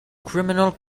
criminal